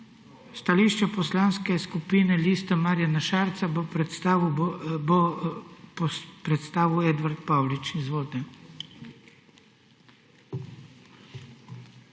Stališče Poslanske skupine Lista Marjana Šarca bo predstavil Edvard Paulič. Izvolite.